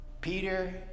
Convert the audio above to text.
Peter